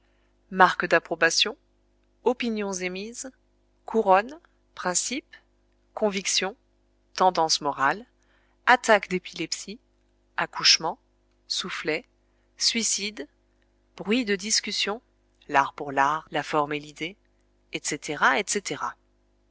marques d'approbation opinions émises couronnes principes convictions tendances morales attaques d'épilepsie accouchements soufflets suicides bruits de discussions l'art pour l'art la forme et l'idée etc etc